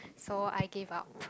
so I gave up